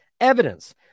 evidence